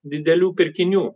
didelių pirkinių